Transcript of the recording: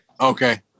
Okay